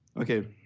Okay